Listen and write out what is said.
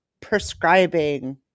prescribing